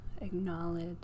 acknowledge